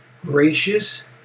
gracious